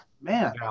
man